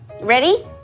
Ready